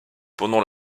pendant